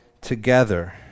together